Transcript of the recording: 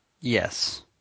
Yes